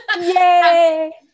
Yay